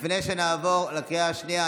לפני שנעבור לקריאה השנייה,